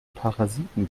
parasiten